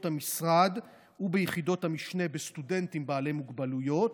המשרד וביחידות המשנה בסטודנטים בעלי מוגבלויות.